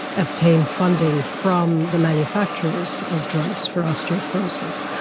obtain funding from the manufacturers of drugs for osteoporosis.